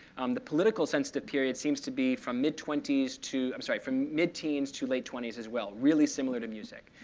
the political sensitive period seems to be from mid twenty s to i'm sorry, from mid-teens to late twenty s as well, really similar to music.